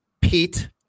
Pete